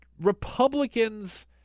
Republicans